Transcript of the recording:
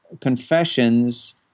confessions